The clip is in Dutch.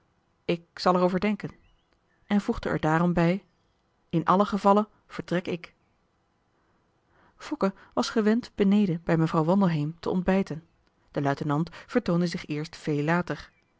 ik zal er over denken en voegde er daarom bij in allen gevalle vertrek ik fokke was gewend beneden bij mevrouw wandelheem te ontbijten de luitenant vertoonde zich eerst veel later